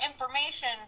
information